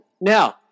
Now